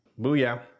Booyah